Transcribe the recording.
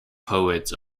poets